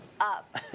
up